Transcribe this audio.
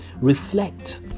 Reflect